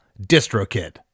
DistroKid